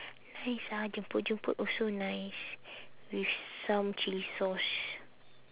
nice ah jemput-jemput also nice with some chilli sauce